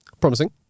Promising